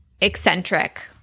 eccentric